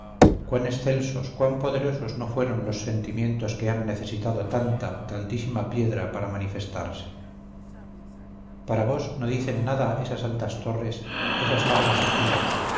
cuán excelsos cuán poderosos no fueron los sentimientos que han necesitado tanta tantísima piedra para manifestarse para vos no dicen nada esas altas torres esas largas ojivas